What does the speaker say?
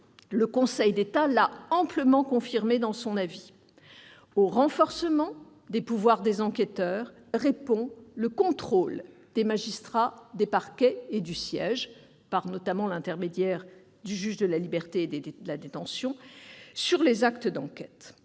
Le Conseil d'État l'a amplement confirmé dans son avis. Au renforcement des pouvoirs des enquêteurs répond le contrôle des magistrats du parquet et du siège, notamment par l'intermédiaire du juge des libertés et de la détention, sur les actes d'enquête.